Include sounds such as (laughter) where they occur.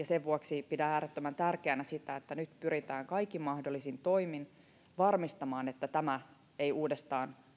(unintelligible) sen vuoksi pidän äärettömän tärkeänä sitä että nyt pyritään kaikin mahdollisin toimin varmistamaan että tämä ei uudestaan